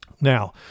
Now